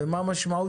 הראשית